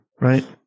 right